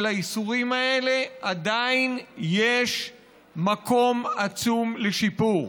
האיסורים האלה עדיין יש מקום עצום לשיפור.